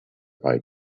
pipe